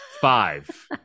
Five